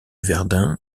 verdun